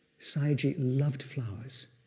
sayagyi loved flowers.